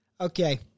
Okay